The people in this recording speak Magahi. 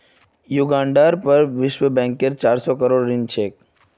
युगांडार पर विश्व बैंकेर चार सौ करोड़ ऋण छेक